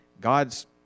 God's